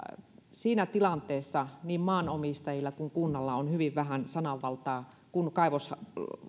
siinä tilanteessa niin maanomistajilla kuin kunnalla on hyvin vähän sananvaltaa kun